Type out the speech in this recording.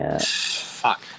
Fuck